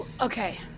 Okay